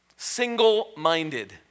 Single-minded